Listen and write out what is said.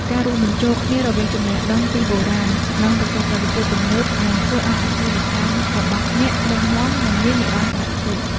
ការរួមបញ្ចូលគ្នារវាងចំណេះដឹងពីបុរាណ និងបច្ចេកវិទ្យាទំនើបនឹងធ្វើឱ្យអាជីវកម្មរបស់អ្នករឹងមាំនិងមាននិរន្តរភាព។